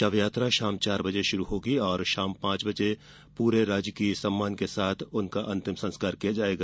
शव यात्रा शाम चार बजे शुरू होगी और शाम पांच बजे पूरे राजकीय सम्माान के साथ उनका अंतिम संस्कार किया जाएगा